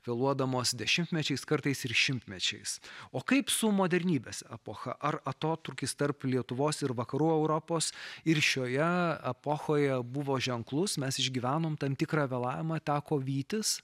vėluodamos dešimtmečiais kartais ir šimtmečiais o kaip su modernybės epochą ar atotrūkis tarp lietuvos ir vakarų europos ir šioje epochoje buvo ženklus mes išgyvenom tam tikrą vėlavimą teko vytis